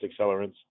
accelerants